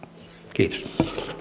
kiitos